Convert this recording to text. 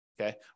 okay